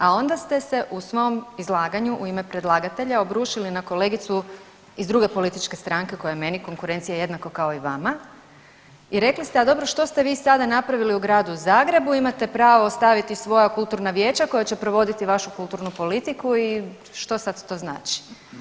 A onda ste se u svom izlaganju u ime predlagatelja obrušili na kolegicu iz druge političke stranke koja je meni konkurencija jednako kao i vama, i rekli ste a dobro što ste vi sada napravili u Gradu Zagrebu imate pravo ostaviti svoja kulturna vijeća koja će provoditi vašu kulturnu politiku i što sad to znači.